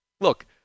Look